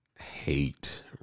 hate